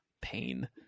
pain